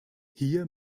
hier